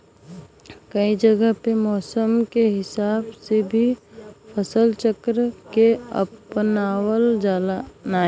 कई जगह पे मौसम के हिसाब से भी फसल चक्र के अपनावल जाला